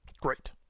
Great